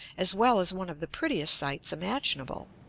as well as one of the prettiest sights imaginable.